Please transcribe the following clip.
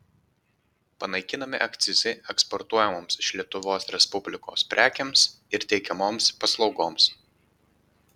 panaikinami akcizai eksportuojamoms iš lietuvos respublikos prekėms ir teikiamoms paslaugoms